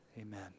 Amen